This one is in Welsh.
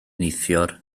neithiwr